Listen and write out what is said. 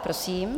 Prosím.